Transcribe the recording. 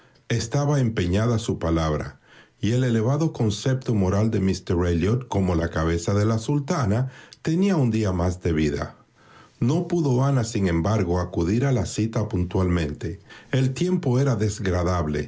estaba empeñada su palabra y el elevado concepto moral de míster elliot como la cabeza de la sultana scheherazade tenía un día más de vida no pudo ana sin embargo acudir a la cita puntualmente el tiempo era